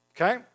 Okay